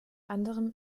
anderem